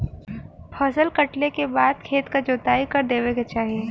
फसल कटले के बाद खेत क जोताई कर देवे के चाही